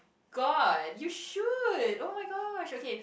god you should oh-my-gosh okay